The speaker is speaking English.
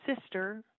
sister